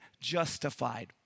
justified